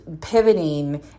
pivoting